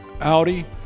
Audi